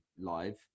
live